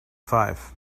five